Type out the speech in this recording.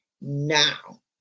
Now